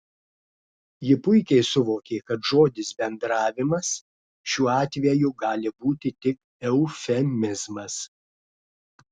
ji puikiai suvokė kad žodis bendravimas šiuo atveju gali būti tik eufemizmas